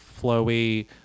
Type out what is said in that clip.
flowy